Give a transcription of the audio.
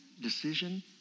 decision